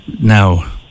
now